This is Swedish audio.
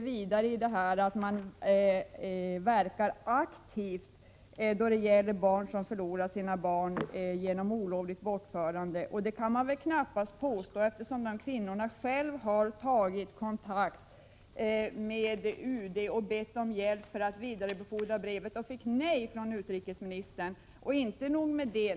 Vidare sägs det i svaret att man verkar aktivt då det gäller kvinnor som förlorar sina barn genom olovligt bortförande. Det kan man väl knappast påstå, eftersom kvinnorna själva tog kontakt med UD och bad om hjälp att vidarebefordra ett brev, men de fick nej från utrikesministern. Inte nog med det.